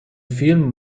film